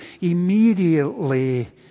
immediately